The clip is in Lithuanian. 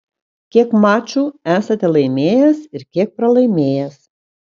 kiek mačų esate laimėjęs ir kiek pralaimėjęs